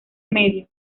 medio